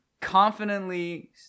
confidently